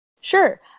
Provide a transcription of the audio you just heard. Sure